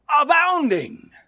Abounding